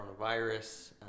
coronavirus